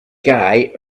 gay